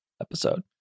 episode